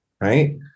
Right